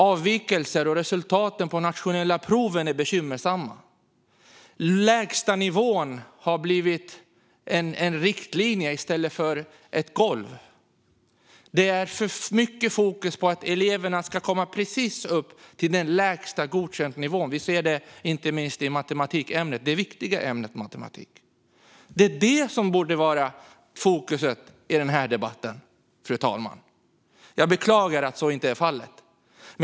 Avvikelserna och resultaten på de nationella proven är bekymmersamma. Lägstanivån har blivit en riktlinje i stället för ett golv; det är för mycket fokus på att eleverna precis ska komma upp till den lägsta godkänt-nivån, vilket vi ser inte minst i det viktiga ämnet matematik. Det är detta som borde vara fokus för den här debatten, fru talman. Jag beklagar att så inte är fallet.